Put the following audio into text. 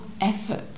effort